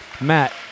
Matt